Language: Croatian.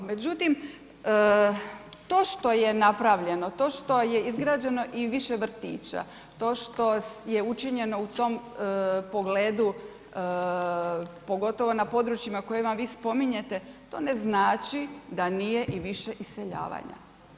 Međutim, to što je napravljeno, to što je izgrađeno i više vrtića, to što je učinjeno u tom pogledu pogotovo na područjima koje vi spominjete, to ne znači da nije i više iseljavanja.